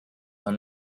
are